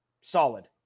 solid